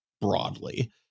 broadly